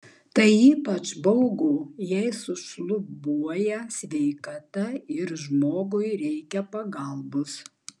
tai ypač baugu jei sušlubuoja sveikata ir žmogui reikia pagalbos